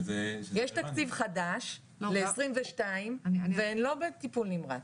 יש תקציב חדש לעשרים ושתיים והן לא בטיפול נמרץ.